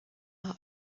our